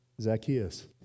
Zacchaeus